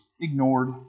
ignored